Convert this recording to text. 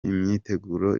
imyiteguro